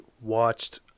watched